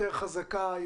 יותר חזקה,